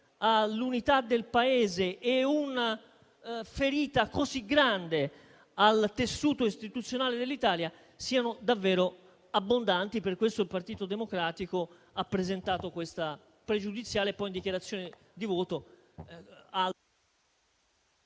all'unità del Paese, una ferita così grande al tessuto istituzionale dell'Italia siano davvero abbondanti. Per questo il Partito Democratico ha presentato la questione pregiudiziale QP4 e poi, in dichiarazione di voto,